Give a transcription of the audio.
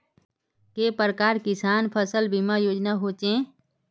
के प्रकार किसान फसल बीमा योजना सोचें?